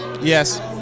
yes